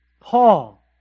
Paul